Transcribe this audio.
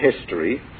history